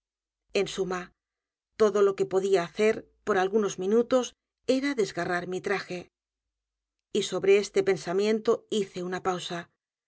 en suma todo lo que podía hacer por algunos minutos era d e s a g a r r a r mi traje y sobre este pensamiento hice una pausa